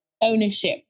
ownership